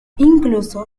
incluso